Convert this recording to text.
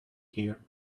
here